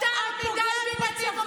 אם לא קיבלת תשובות, תחפשי מישהו שייעץ לך.